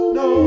no